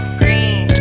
green